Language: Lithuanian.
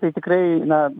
tai tikrai na